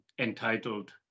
entitled